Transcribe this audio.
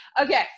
Okay